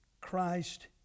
Christ